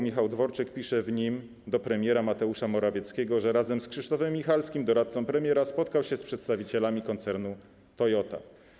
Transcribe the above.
Michał Dworczyk pisze w nim do premiera Mateusza Morawieckiego, że razem z Krzysztofem Michalskim, doradcą premiera, spotkał się z przedstawicielami koncernu Toyota.